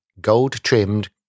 gold-trimmed